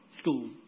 school